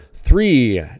three